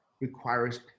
requires